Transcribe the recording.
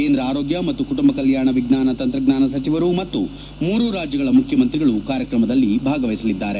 ಕೇಂದ್ರ ಆರೋಗ್ಯ ಮತ್ತು ಕುಟುಂಬ ಕಲ್ಯಾಣ ವಿಜ್ಞಾನ ತಂತ್ರಜ್ಞಾನ ಸಚಿವರು ಮತ್ತು ಮೂರು ರಾಜ್ಯಗಳ ಮುಖ್ಯಮಂತ್ರಿಗಳು ಕಾರ್ಯಕ್ರಮದಲ್ಲಿ ಭಾಗವಹಿಸಲಿದ್ದಾರೆ